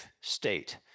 state